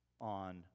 on